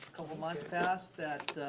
couple months passed that